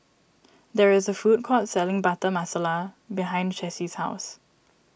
there is a food court selling Butter Masala behind Chessie's house